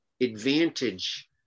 advantage